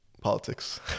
politics